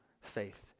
faith